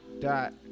dot